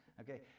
Okay